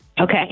Okay